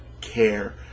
care